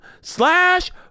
slash